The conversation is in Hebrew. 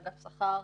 אגף שכר,